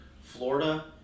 Florida